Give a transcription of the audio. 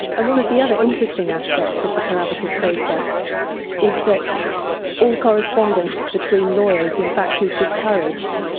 and one of the other interesting aspects of the collaborative process is that all correspondence between lawyers in fact is discouraged,